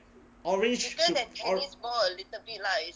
orange or~